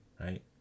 Right